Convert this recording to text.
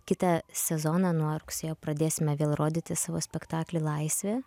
kitą sezoną nuo rugsėjo pradėsime vėl rodyti savo spektaklį laisvė